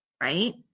right